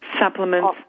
supplements